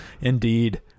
Indeed